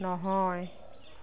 নহয়